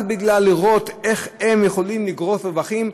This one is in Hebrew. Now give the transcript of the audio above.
רק בשביל לראות איך הם יכולים לגרוף רווחים,